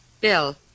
Bill